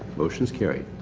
motion is carried.